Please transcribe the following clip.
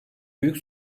büyük